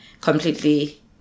completely